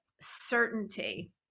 certainty